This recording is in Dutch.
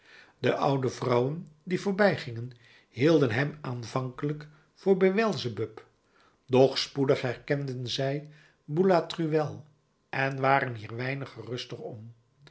de oude vrouwen die voorbijgingen hielden hem aanvankelijk voor beëlzebub doch spoedig herkenden zij boulatruelle en waren hier weinig geruster om